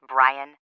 Brian